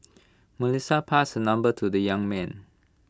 Melissa passed the number to the young man